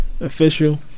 official